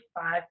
five